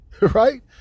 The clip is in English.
right